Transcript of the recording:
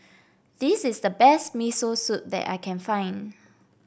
this is the best Miso Soup that I can find